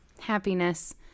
happiness